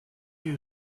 you